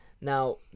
Now